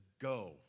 Go